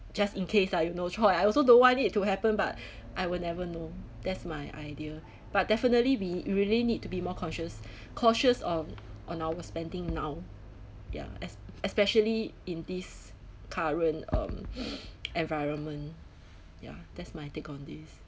just in case lah you have no choice I also don't want it to happen but I will never know that's my idea but definitely we really need to be more conscious cautious on on our spending now ya es~ especially in this current um environment ya that's my take on this